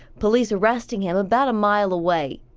police arresting him about a mile away.